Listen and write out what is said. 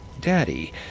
Daddy